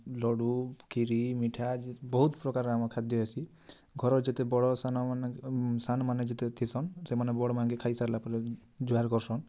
ଲଡ଼ୁ କ୍ଷୀରି ମିଠା ବହୁତ ପ୍ରକାର ଆମ ଖାଦ୍ୟ ହେସି ଘର ଯେତେ ବଡ଼ ସାନ୍ ମାନେ ସାନ୍ ମାନେ ଯେତେ ଥିସନ୍ ସେମାନେ ବଡ଼ ମାନଙ୍କେ ଖାଇ ସାରିଲା ପରେ ଜୁହାର୍ କରସନ୍